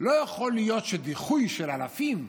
לא יכול להיות שדיחוי של אלפים,